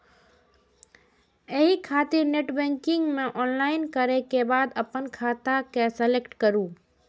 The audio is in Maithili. एहि खातिर नेटबैंकिग मे लॉगइन करै के बाद अपन खाता के सेलेक्ट करू